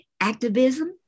activism